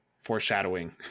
foreshadowing